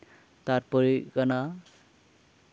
ᱛᱟᱨᱯᱚᱨᱮ ᱦᱩᱭᱩᱜ ᱠᱟᱱᱟ